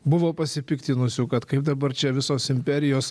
buvo pasipiktinusių kad kaip dabar čia visos imperijos